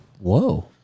Whoa